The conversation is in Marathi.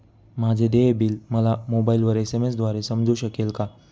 माझे देय बिल मला मोबाइलवर एस.एम.एस द्वारे समजू शकेल का?